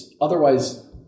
Otherwise